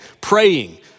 praying